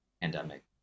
pandemic